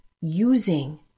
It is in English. using